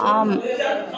ஆம்